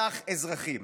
ורצח אזרחים.